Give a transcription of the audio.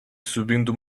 subindo